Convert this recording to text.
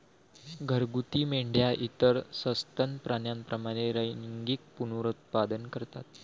घरगुती मेंढ्या इतर सस्तन प्राण्यांप्रमाणे लैंगिक पुनरुत्पादन करतात